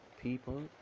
people